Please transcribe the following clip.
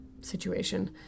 situation